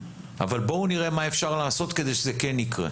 אבל בואו נראה מה אפשר לעשות כדי שזה יקרה.